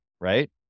right